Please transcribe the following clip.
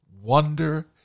wonder